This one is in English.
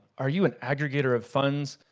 are you an aggregator of funds?